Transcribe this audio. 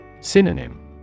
Synonym